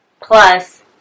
plus